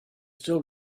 still